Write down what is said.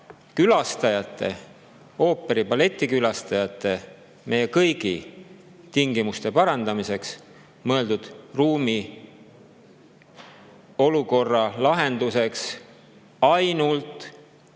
külastajate, ooperi- ja balletikülastajate, meie kõigi tingimuste parandamiseks mõeldud ruumi – olukorra lahenduseks ainult